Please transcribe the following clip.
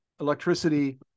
electricity